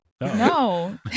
No